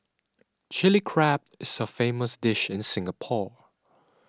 Chilli Crab is a famous dish in Singapore